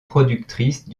productrice